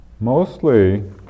Mostly